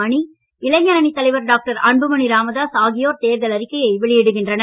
மணி இளைஞரணி தலைவர் டாக்டர் அன்புமணி ராமதாஸ் ஆகியோர் தேர்தல் அறிக்கையை வெளியிடுகின்றனர்